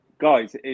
guys